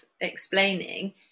explaining